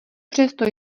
přesto